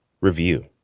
review